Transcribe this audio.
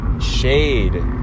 shade